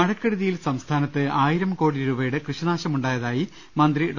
മഴക്കെടുതിയിൽ സംസ്ഥാനത്ത് ആയിരം കോടിരൂപയുടെ കൃഷിനാശമുണ്ടായതായി മന്ത്രി ഡോ